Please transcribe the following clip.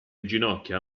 ginocchia